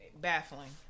baffling